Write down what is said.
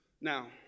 Now